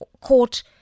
court